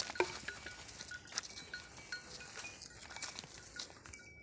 Sir ನನಗೆ ಸಾಲ ಬೇಕಂದ್ರೆ ನಾನು ಇಬ್ಬರದು ಸಾಕ್ಷಿ ಹಾಕಸಬೇಕೇನ್ರಿ?